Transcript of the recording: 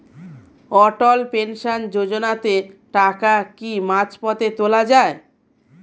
অটল pension যোজনাতে টাকা কি মাঝপথে তোলা যায়?